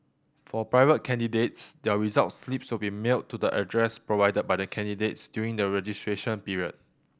for private candidates their result slips will be mailed to the address provided by the candidates during the registration period